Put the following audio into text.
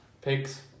Pigs